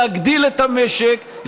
להגדיל את המשק,